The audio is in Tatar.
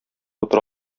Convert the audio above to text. утыра